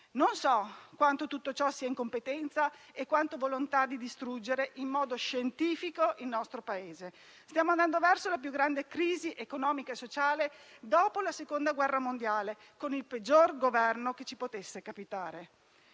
Non so quanto tutto ciò sia incompetenza e quanto volontà di distruggere in modo scientifico il nostro Paese. Stiamo andando verso la più grande crisi economica e sociale dopo la Seconda guerra mondiale, con il peggior Governo che ci potesse capitare.